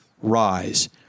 rise